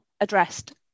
addressed